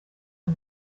ayo